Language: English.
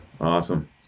Awesome